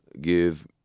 give